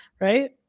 right